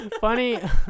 funny